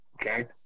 okay